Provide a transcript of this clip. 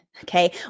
Okay